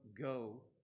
go